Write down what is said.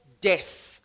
death